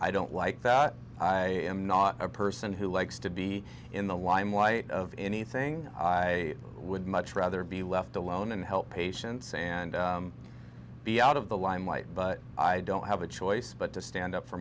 i don't like that i'm not a person who likes to be in the limelight of anything i would much rather be left alone and help patients and be out of the limelight but i don't have a choice but to stand up for